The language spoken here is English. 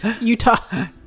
utah